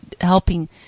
helping